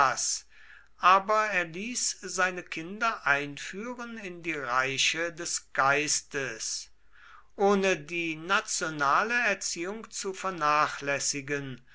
aber er ließ seine kinder einführen in die reiche des geistes ohne die nationale erziehung zu vernachlässigen